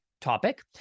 topic